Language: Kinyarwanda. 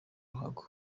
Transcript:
ruhago